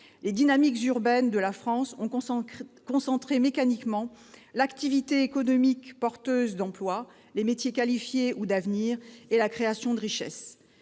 Les dynamiques urbaines de la France ont concentré mécaniquement l'activité économique porteuse d'emplois, les métiers qualifiés ou d'avenir et la création de richesses.